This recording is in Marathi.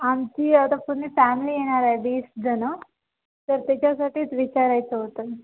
आमची आता पूर्ण फॅमिली येणार आहे वीस जणं तर त्याच्यासाठीच विचारायचं होतं